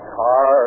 car